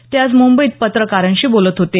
ते आज मुंबईत पत्रकारांशी बोलत होते